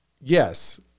yes